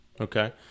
Okay